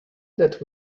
that